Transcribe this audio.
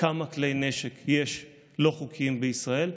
כמה כלי נשק לא חוקיים יש בישראל.